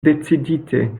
decidite